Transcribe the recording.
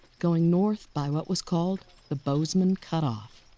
going north by what was called the bozeman cutoff.